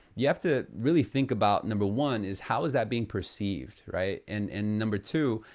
you have to really think about number one, is how is that being perceived, right? and and number two,